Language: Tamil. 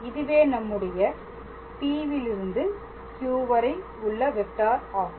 இதுவே நம்முடைய P விலிருந்து Q வரை உள்ள வெக்டார் ஆகும்